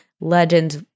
legends